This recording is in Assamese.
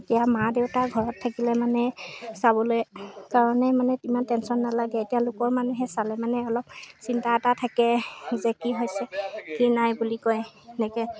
এতিয়া মা দেউতা ঘৰত থাকিলে মানে চাবলৈ কাৰণে মানে ইমান টেনশ্যন নালাগে এতিয়া লোকৰ মানুহে চালে মানে অলপ চিন্তা এটা থাকে যে কি হৈছে কি নাই বুলি কয় এনেকৈ